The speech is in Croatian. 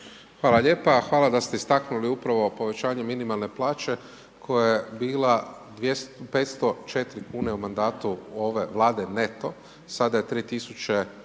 Hvala lijepa, hvala da se istaknuli upravo povećanje minimalne plaće koja je bila 504 kune u mandatu ove Vlade neto sada je 3.000